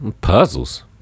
Puzzles